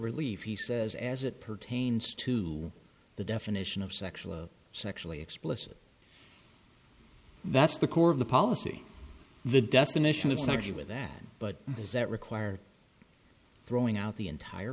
relief he says as it pertains to the definition of sexual sexually explicit that's the core of the policy the definition of synergy with that but is that required throwing out the entire